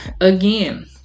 again